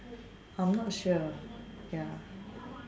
I am not sure ya